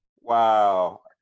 Wow